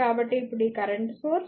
కాబట్టి ఇప్పుడు ఈ కరెంట్ సోర్స్